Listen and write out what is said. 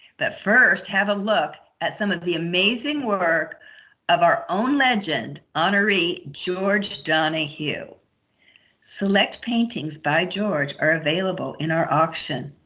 but first have a look at some of the amazing work of our own legend honoree george donohue select paintings by george are available in our auction